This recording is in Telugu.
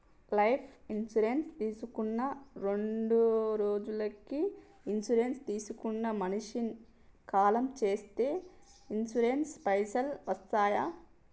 లైఫ్ ఇన్సూరెన్స్ తీసుకున్న రెండ్రోజులకి ఇన్సూరెన్స్ తీసుకున్న మనిషి కాలం చేస్తే ఇన్సూరెన్స్ పైసల్ వస్తయా?